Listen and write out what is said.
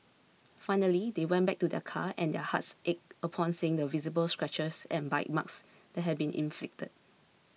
finally they went back to their car and their hearts ached upon seeing the visible scratches and bite marks that had been inflicted